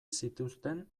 zituzten